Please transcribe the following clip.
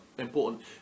Important